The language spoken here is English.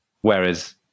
Whereas